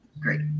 great